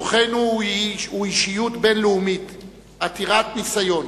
אורחנו הוא אישיות בין-לאומית ועתיר ניסיון.